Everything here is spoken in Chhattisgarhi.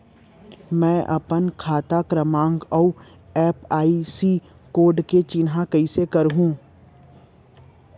मैं अपन खाता क्रमाँक अऊ आई.एफ.एस.सी कोड के चिन्हारी कइसे करहूँ?